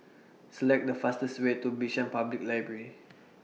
Select The fastest Way to Bishan Public Library